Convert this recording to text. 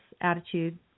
attitude